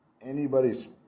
anybody's